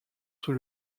sous